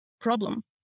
problem